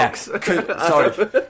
Sorry